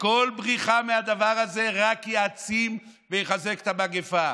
וכל בריחה מהדבר הזה רק תעצים ותחזק את המגפה.